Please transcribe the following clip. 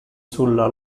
sulla